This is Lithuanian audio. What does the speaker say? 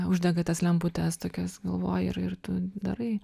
uždega tas lemputes tokias galvoj ir ir tu darai